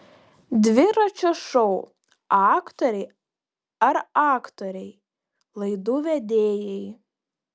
dviračio šou aktoriai ar aktoriai laidų vedėjai